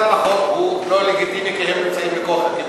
קצת פחות,